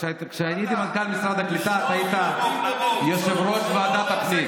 כשהייתי מנכ"ל משרד הקליטה אתה היית יושב-ראש ועדת הפנים,